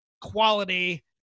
quality